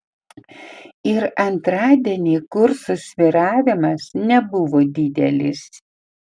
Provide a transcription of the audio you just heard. ir antradienį kurso svyravimas nebuvo didelis